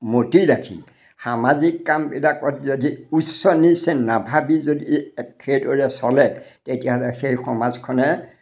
মতি ৰাখি সামাজিক কামবিলাকত যদি উচ্চ নীচ নাভাবি যদি এক সেইদৰে চলে তেতিয়াহ'লে সেই সমাজখনে